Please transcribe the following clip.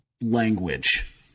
language